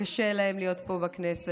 קשה להם להיות פה בכנסת.